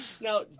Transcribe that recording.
Now